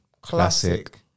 Classic